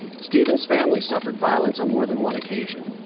stevens' family suffered violence on more than one occasion.